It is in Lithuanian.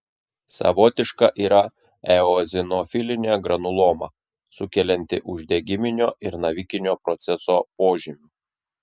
savotiška yra eozinofilinė granuloma sukelianti uždegiminio ir navikinio proceso požymių